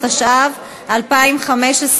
התשע"ו 2015,